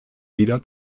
wieder